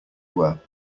were